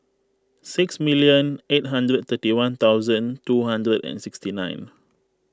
six million eight hundred and thirty one two hundred and sixty nine